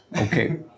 Okay